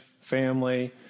family